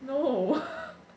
no